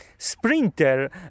sprinter